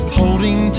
holding